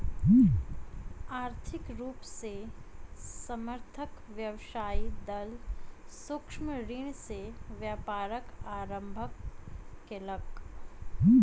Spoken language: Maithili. आर्थिक रूप से असमर्थ व्यवसायी दल सूक्ष्म ऋण से व्यापारक आरम्भ केलक